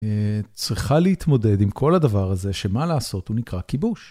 צריכה להתמודד עם כל הדבר הזה, שמה לעשות? הוא נקרא כיבוש.